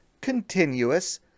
continuous